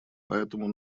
поэтому